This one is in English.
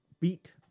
Beat